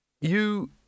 You